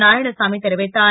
நாராயணசாமி தெரிவித்தார்